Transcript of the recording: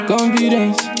Confidence